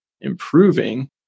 improving